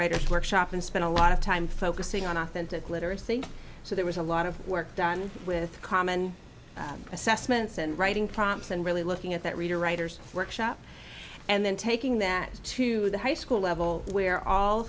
right workshop and spent a lot of time focusing on authentic literacy so there was a lot of work done with common assessments and writing prompts and really looking at that reader writers workshop and then taking that to the high school level where all